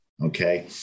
Okay